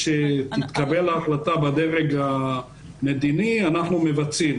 כאשר תתקבל החלטה בדרג המדיני, אנחנו מבצעים.